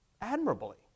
admirably